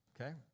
okay